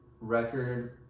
record